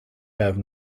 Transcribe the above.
have